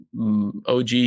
og